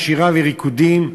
בשירה וריקודים,